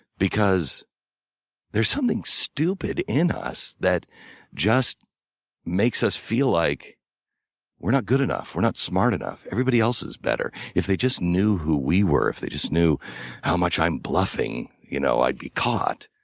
because there's something stupid in us that just makes us feel like we're not good enough, we're not smart enough. everybody else is better. if they just knew who we were. if they just knew how much i'm bluffing, you know i'd be caught.